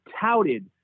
touted